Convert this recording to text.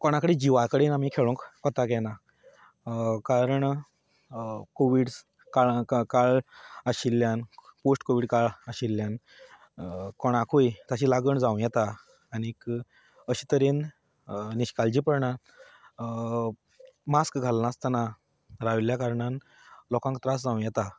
कोणा कडेन जीवा कडेन आमी खेळूंक कोंताक येना कारण कोवीड काळ काळ आशिल्ल्यान पोस्ट कोवीड काळ आशिल्ल्यान कोणाकूय ताची लागण जावं येता आनी अशे तरेन निश्काळजीपणान मास्क घालनासतना राविल्ल्या कारणान लोकांक त्रास जावं येता